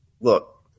Look